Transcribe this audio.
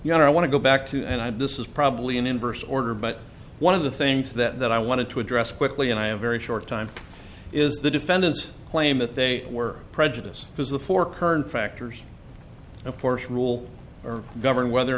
you know i want to go back to and i have this is probably an inverse order but one of the things that i wanted to address quickly and i have very short time is the defendants claim that they were prejudiced because the four current factors of course rule or govern whether or